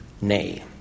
Nay